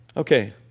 Okay